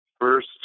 First